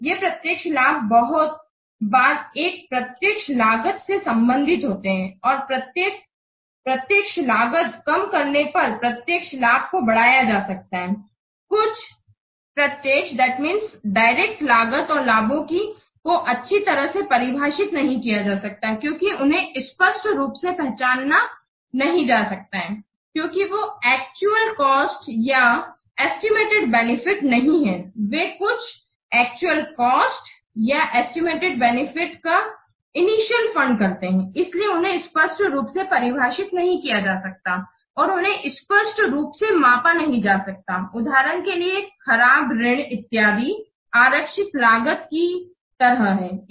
ये प्रत्यक्ष लाभ बहुत बार एक प्रत्यक्ष लागत से संबंधित होते हैंऔर प्रत्यक्ष लागत कम करने पर प्रत्यक्ष लाभ को बढ़ाया जा सकता हैl कुछ प्रत्यक्ष लागत और लाभों को अच्छी तरह से परिभाषित नहीं किया जा सकता है क्योंकि उन्हें स्पष्ट रूप से पहचाना नहीं जा सकता है क्योंकि वे एक्चुअल कॉस्ट या एस्टिमेटेड बेनिफिट्स नहीं हैं वे कुछ एक्चुअल कॉस्ट या एस्टिमेटेड बेनिफिट्स का इनिशियल फण्ड करते हैं l इसलिए उन्हें स्पष्ट रूप से परिभाषित नहीं किया जा सकता है और उन्हें स्पष्ट रूप से मापा नहीं जा सकता है उदाहरण के लिए खराब ऋण इत्यादि आरक्षित लागत की तरह हैं